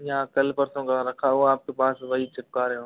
या कल परसों का रखा हुआ आपके पास वही चिपका रहे हो